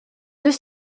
deux